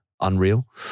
Unreal